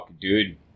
Dude